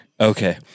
Okay